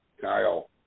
Kyle